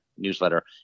newsletter